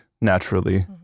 naturally